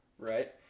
Right